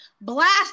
blast